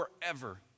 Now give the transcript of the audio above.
forever